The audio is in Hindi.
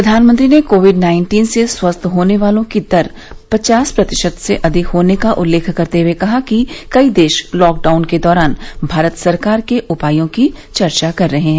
प्रधानमंत्री ने कोविड नाइन्टीन से स्वस्थ होने वालों की दर पचास प्रतिशत से अधिक होने का उल्लेख करते हुए कहा कि कई देश लॉकडाउन के दौरान भारत सरकार के उपायों की चर्चा कर रहे हैं